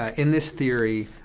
ah in this theory,